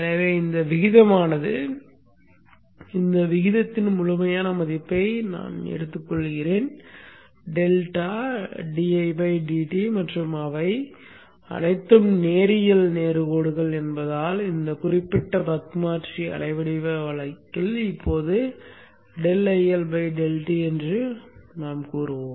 எனவே இந்த விகிதமானது இந்த விகிதத்தின் முழுமையான மதிப்பை நான் எடுக்கிறேன் டெல்டா மற்றும் அவை அனைத்தும் நேரியல் நேர் கோடுகள் என்பதால் இந்த குறிப்பிட்ட பக் மாற்றி அலைவடிவ வழக்கில் இப்போது ∆IL ∆T என்று கூறுகிறார்கள்